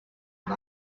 and